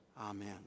Amen